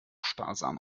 sparsam